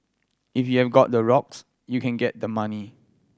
if you have e got the rocks you can get the money